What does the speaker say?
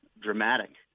dramatic